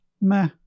Meh